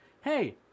Hey